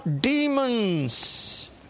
demons